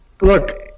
look